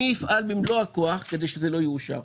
אני אפעל במלוא הכוח כדי שזה לא יאושר.